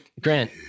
Grant